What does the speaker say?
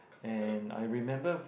and I remember